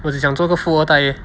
我只想做个富二代 leh